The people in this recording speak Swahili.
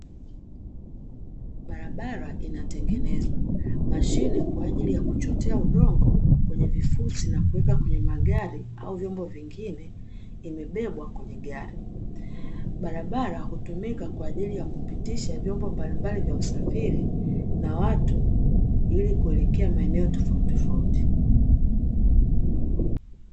Barabara inatengenezwa, mashine kwa ajili ya kuchotea udongo kwenye vifusi na kuweka kwenye magari au vyombo vingine imebebwa kwenye gari, barabara hutumika kwa ajili ya kupitisha vyombo mbalimbali vya usafiri na watu ili kuelekea maeneo tofauti tofauti .